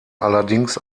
allerdings